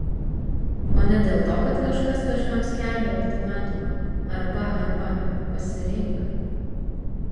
o ne dėl to kad kažkas kažkam skelbia ultimatumą arba arba pasirink